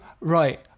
right